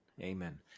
Amen